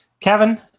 Kevin